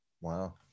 wow